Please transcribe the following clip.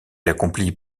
accomplit